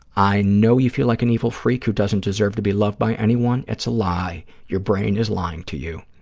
i know you feel like an evil freak who doesn't deserve to be loved by anyone. it's a lie. your brain is lying to you.